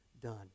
done